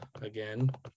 again